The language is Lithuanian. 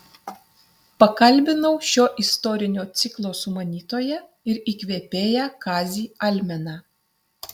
pakalbinau šio istorinio ciklo sumanytoją ir įkvėpėją kazį almeną